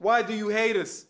why do you hate us